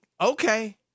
okay